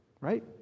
right